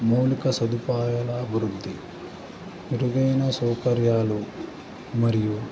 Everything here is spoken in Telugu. మౌలిక సదుపాయాల అభివృద్ధి మెరుగైన సౌకర్యాలు మరియు